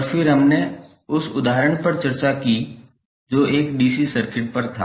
और फिर हमने उस उदाहरण पर चर्चा की जो एक डीसी सर्किट था